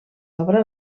obra